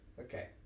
Okay